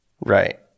Right